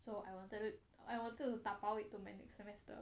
so I wanted I wanted to 打包 it to my next semester